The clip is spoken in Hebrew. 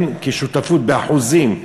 כשותפות באחוזים,